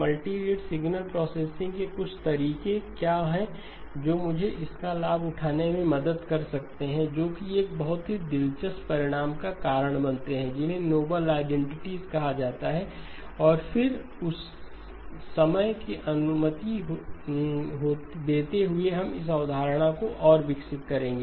multirate signal processing के कुछ तरीके क्या हैं जो मुझे इसका लाभ उठाने में मदद कर सकते हैं जो कि एक बहुत ही दिलचस्प परिणाम का कारण बनते हैं जिन्हें नोबल आइडेंटिटीस कहा जाता है और फिर समय की अनुमति देते हुए हम इस अवधारणा को और विकसित करेंगे